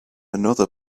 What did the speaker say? another